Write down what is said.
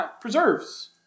preserves